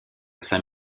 saint